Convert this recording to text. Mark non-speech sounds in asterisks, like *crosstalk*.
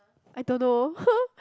I don't know *laughs*